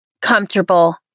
comfortable